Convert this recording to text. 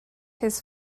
his